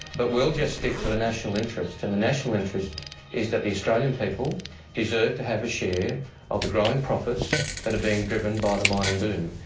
but we'll just stick to the national interest, and the national interest is that the australian people deserve to have a share of the growing profits that are being driven by and the mining boom.